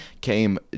Came